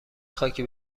خاکی